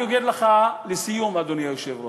אני אגיד לך לסיום, אדוני היושב-ראש,